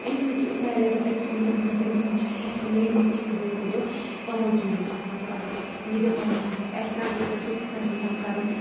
امہِ سۭتۍ چھِ أسۍ واریاہ زیادٕ اؠکسپیٖرِیَنس گژھان اِنسان چھِ ہیٚچھان نٔے نٔے چیٖز دۄہ کھۄتہٕ دۄہ أمو چیٖزو سۭتۍ مطلب اَگر أسۍ ویٖڈیو کانفرؠنسِنگ اَکہِ کَنٹری پؠٹھ بیٚکِس کَنٹری تام کَرو